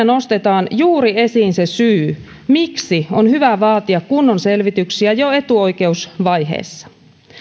nostetaan esiin juuri se syy miksi on hyvä vaatia kunnon selvityksiä jo etuoikeusvaiheessa